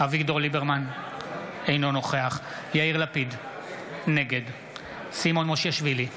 אינו נוכח יאיר לפיד, נגד סימון מושיאשוילי,